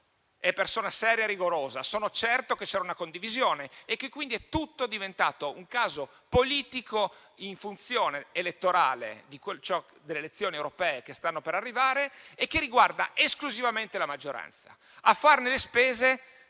una persona seria e rigorosa. Sono certo che c'era una condivisione e che quindi tutto è diventato un caso politico in funzione elettorale per le elezioni europee che stanno per arrivare e ciò riguarda esclusivamente la maggioranza.